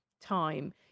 time